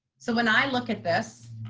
so when i look at this,